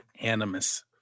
Animus